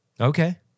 Okay